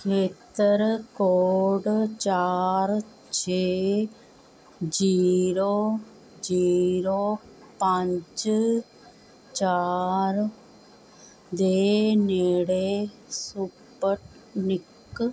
ਖੇਤਰ ਕੋਡ ਚਾਰ ਛੇ ਜੀਰੋ ਜੀਰੋ ਪੰਜ ਚਾਰ ਦੇ ਨੇੜੇ ਸੁਪਟਨਿਕ